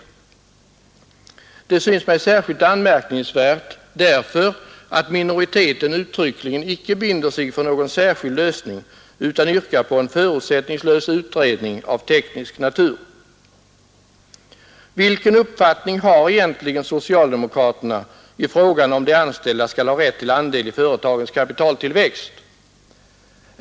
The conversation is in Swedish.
Det synes mig särskilt anmärkningsvärt därför att minoriteten uttryckligen icke binder sig för någon särskild lösning utan yrkar på en förutsättningslös utredning av teknisk natur. Vilken uppfattning har egentligen socialdemokraterna i frågan, om de anställda skall ha rätt till andel i företagens kapitaltillväxt?